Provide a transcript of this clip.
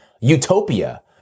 utopia